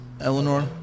Eleanor